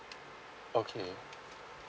okay